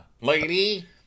lady